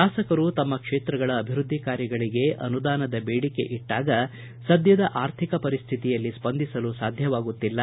ತಾಸಕರು ತಮ್ಮ ಕ್ಷೇತ್ರಗಳ ಅಭಿವೃದ್ಧಿ ಕಾರ್ಯಗಳಿಗೆ ಅನುದಾನದ ಬೇಡಿಕೆ ಇಟ್ಟಾಗ ಸದ್ಯದ ಅರ್ಥಿಕ ಪರಿಸ್ಥಿತಿಯಲ್ಲಿ ಸ್ಪಂದಿಸಲು ಸಾಧ್ಯವಾಗುತ್ತಿಲ್ಲ